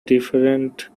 different